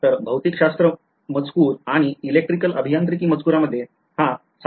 तर भौतिकशास्त्र मजकूर आणि इलेक्ट्रिकल अभियांत्रिकी मजकूरामध्ये हा सामान्य फरक आहे